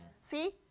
See